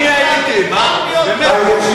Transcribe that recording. אני הייתי, מה, באמת.